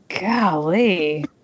Golly